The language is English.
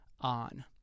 on